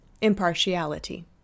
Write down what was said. impartiality